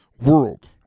world